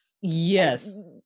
yes